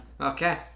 Okay